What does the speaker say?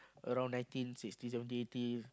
around nineteen sixty seventy eighty